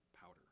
powder